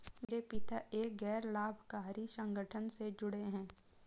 मेरे पिता एक गैर लाभकारी संगठन से जुड़े हैं